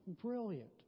brilliant